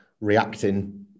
reacting